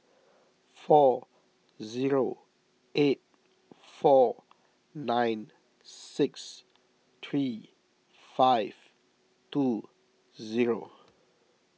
four zero eight four nine six three five two zero